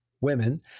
women